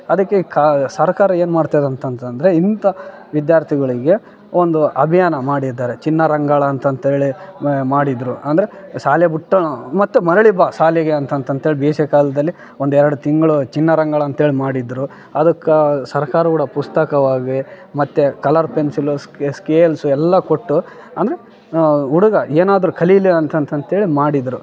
ಅದಕ್ಕೆ ಈ ಕಾ ಸರ್ಕಾರ ಏನು ಮಾಡ್ತದೆ ಅಂತಂತಂದರೆ ಇಂಥ ವಿದ್ಯಾರ್ಥಿಗಳಿಗೆ ಒಂದು ಅಭಿಯಾನ ಮಾಡಿದ್ದಾರೆ ಚಿಣ್ಣರಂಗಳ ಅಂತಂತೇಳಿ ಮಾಡಿದರು ಅಂದರೆ ಶಾಲೆ ಬಿಟ್ಟ ಮತ್ತು ಮರಳಿ ಬಾ ಶಾಲೆಗೆ ಅಂತ ಅಂತಂತೆಳಿ ಬೇಸಿಗೆ ಕಾಲದಲ್ಲಿ ಒಂದೆರಡು ತಿಂಗಳು ಚಿಣ್ಣರಂಗಳ ಅಂತೇಳಿ ಮಾಡಿದರು ಅದಕ್ಕೆ ಸರ್ಕಾರ ಕೂಡ ಪುಸ್ತಕವಾಗಲಿ ಮತ್ತು ಕಲರ್ ಪೆನ್ಸಿಲ್ ಸ್ಕೇಲ್ಸ್ ಎಲ್ಲ ಕೊಟ್ಟು ಅಂದರೆ ಹುಡುಗ ಏನಾದರು ಕಲೀಲಿ ಅಂತಂತಂತೇಳಿ ಮಾಡಿದರು